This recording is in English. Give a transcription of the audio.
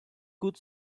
could